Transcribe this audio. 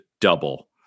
double